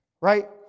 Right